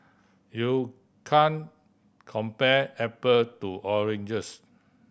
you can't compare apple to oranges